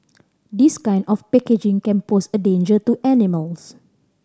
this kind of packaging can pose a danger to animals